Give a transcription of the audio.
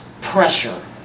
pressure